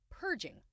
purging